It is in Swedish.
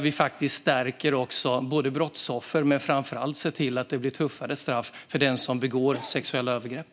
Vi stärker skyddet för brottsoffer, och det blir tuffare straff för den som begår sexuella övergrepp.